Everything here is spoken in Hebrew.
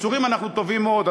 בקיצורים אנחנו טובים מאוד,